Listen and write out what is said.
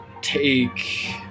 take